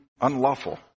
unlawful